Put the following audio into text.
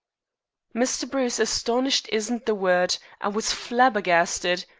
mr. bruce, astonished isn't the word. i was flabbergasted!